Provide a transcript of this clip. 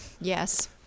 Yes